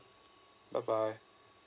bye bye